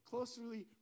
closely